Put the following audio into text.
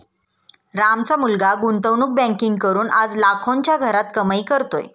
रामचा मुलगा गुंतवणूक बँकिंग करून आज लाखोंच्या घरात कमाई करतोय